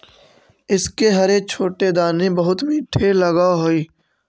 इसके हरे छोटे दाने बहुत मीठे लगअ हई